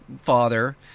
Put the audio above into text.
Father